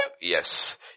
Yes